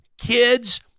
kids